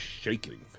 shaking